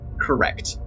Correct